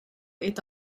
est